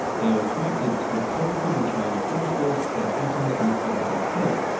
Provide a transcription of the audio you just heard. they are attracted to the positively charged particles of their atoms on the opposite plate.